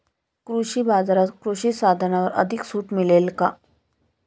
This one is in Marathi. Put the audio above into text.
कृषी बाजारात कृषी साधनांवर अधिक सूट मिळेल का?